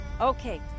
Okay